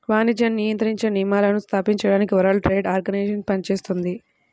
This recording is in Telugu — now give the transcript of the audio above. వాణిజ్యాన్ని నియంత్రించే నియమాలను స్థాపించడానికి వరల్డ్ ట్రేడ్ ఆర్గనైజేషన్ పనిచేత్తుంది